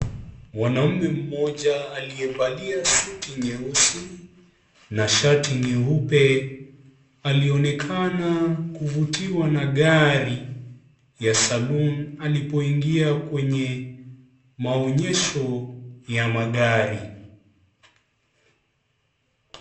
Mwanaume mmoja aliyevalia suti nyeusi na shati nyeupe, alionekana kuvutiwa na gari ya Saloon alipoingia kwenye maonyesho ya magari.